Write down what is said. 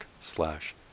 slash